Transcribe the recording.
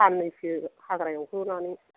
सान्नैसो हाग्रा एवहोनानै